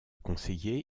conseillers